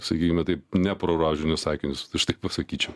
sakykime taip ne pro rožinius akinius aš taip pasakyčiau